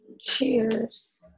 Cheers